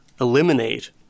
eliminate